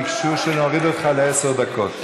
ביקשו שנוריד אותך לעשר דקות.